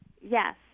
Yes